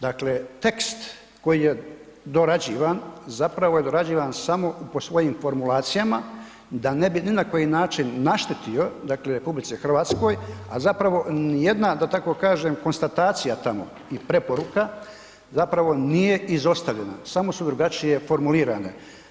Dakle, tekst koji je dorađivan, zapravo je dorađivan samo po svojim formulacijama, da ne bi ni na koji način naštetio, dakle, RH, a zapravo nijedna, da tako kažem, konstatacija tamo i preporuka zapravo nije izostavljena, samo su drugačije formulirane.